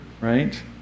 right